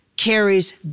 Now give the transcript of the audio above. carries